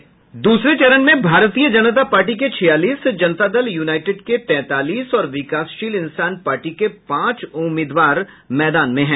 दूसरे चरण में भारतीय जनता पार्टी के छियालीस जनता दल युनाइटेड के तैंतालीस और विकासशील इंसान पार्टी पांच के पांच उम्मीदवार मैदान में हैं